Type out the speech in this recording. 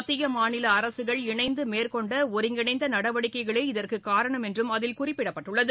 மத்திய மாநிலஅரசுகள் இணைந்துமேற்கொண்டஒருங்கிணைந்தநடவடிக்கைகளே இதற்குகாரணம் என்றுஅதில் குறிப்பிடப்பட்டுள்ளது